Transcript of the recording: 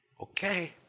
Okay